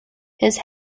his